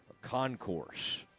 concourse